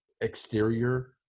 exterior